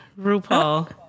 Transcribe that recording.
RuPaul